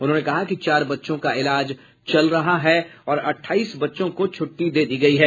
उन्होंने कहा कि चार बच्चों का इलाज चल रहा है और अठाईस बच्चों को छुट्टी दे दी गयी है